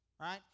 Right